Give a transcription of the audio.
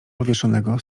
powieszonego